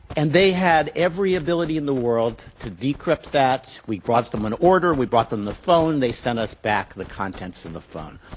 and they had every ability in the world to decrypt that. we brought them an order, we brought them the phone, they sent us back the contents of the phone.